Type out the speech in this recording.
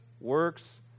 works